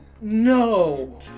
No